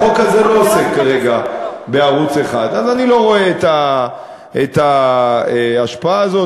החוק הזה לא עוסק כרגע בערוץ 1. אז אני לא רואה את ההשפעה הזאת.